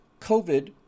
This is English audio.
COVID